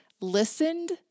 listened